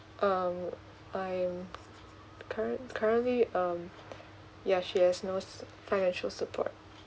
um I'm current currently um yeah she has no su~ financial support